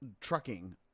trucking